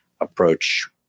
approach